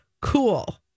cool